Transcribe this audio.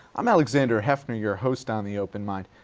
i'm alexander heffner, your host on the open mind.